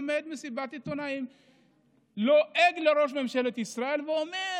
עומד במסיבת עיתונאים ולועג לראש ממשלת ישראל ואומר: